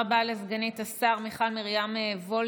תודה רבה לסגנית השר מיכל מרים וולדיגר.